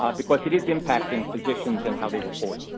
um because it is impacting physicians and how they report.